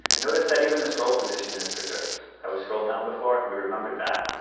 and notice that even the scroll position is preserved. i was scrolled down before, we remembered that,